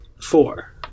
Four